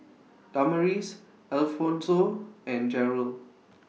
Damaris Alphonso and Jerald